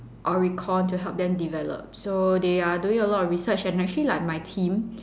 Oricon to help them develop so they are doing a lot of research and actually like my team